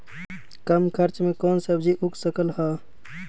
कम खर्च मे कौन सब्जी उग सकल ह?